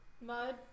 mud